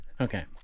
Okay